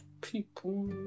people